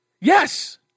Yes